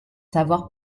savoir